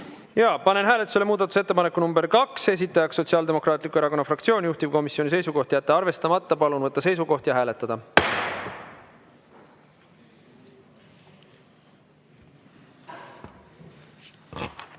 Panen hääletusele muudatusettepaneku nr 2, esitajaks Sotsiaaldemokraatliku Erakonna fraktsioon, juhtivkomisjoni seisukoht on jätta arvestamata. Palun võtta seisukoht ja hääletada!